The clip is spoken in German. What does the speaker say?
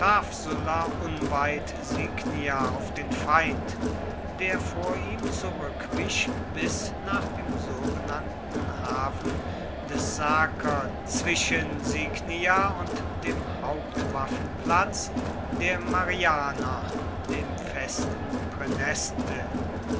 signia auf den feind der vor ihm zurückwich bis nach dem sogenannten hafen des sacer zwischen signia und dem hauptwaffenplatz der marianen dem festen